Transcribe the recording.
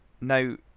Now